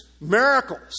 miracles